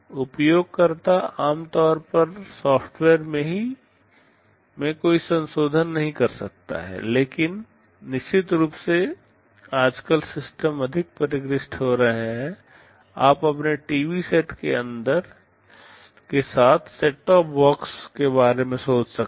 उपयोगकर्ता आमतौर पर सॉफ्टवेयर में कोई संशोधन नहीं कर सकता है लेकिन निश्चित रूप से आजकल सिस्टम अधिक परिष्कृत हो रहे हैं आप अपने टीवी सेट के साथ सेट टॉप बॉक्स के बारे में सोच सकते हैं